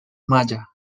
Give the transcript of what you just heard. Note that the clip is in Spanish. maya